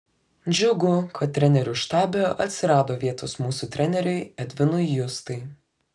džiugu kad trenerių štabe atsirado vietos mūsų treneriui edvinui justai